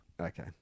Okay